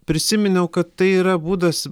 prisiminiau kad tai yra būdas